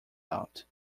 out